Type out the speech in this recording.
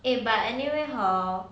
eh but anyway hor